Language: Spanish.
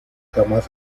jamás